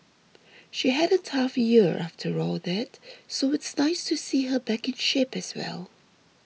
she had a tough year after that so it's nice to see her back in shape as well